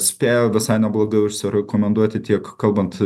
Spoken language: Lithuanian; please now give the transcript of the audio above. spėja visai neblogai užsirekomenduoti tiek kalbant